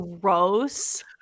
gross